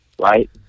Right